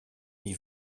mais